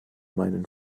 meinen